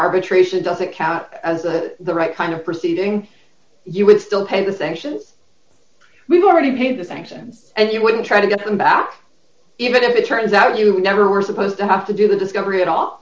arbitration doesn't count as that the right kind of proceeding you would still pay the thing actions we've already paid the sanctions and you wouldn't try to get them back even if it turns out you never were supposed to have to do the discovery at all